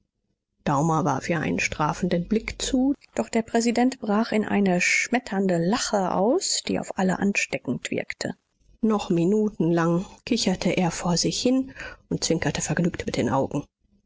vernehmen daumer warf ihr einen strafenden blick zu doch der präsident brach in eine schmetternde lache aus die auf alle ansteckend wirkte noch minutenlang kicherte er vor sich hin und zwinkerte vergnügt mit den augen